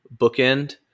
bookend